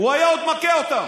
הוא היה עוד מכה אותם,